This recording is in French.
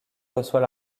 reçoit